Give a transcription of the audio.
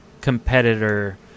competitor